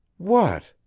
what?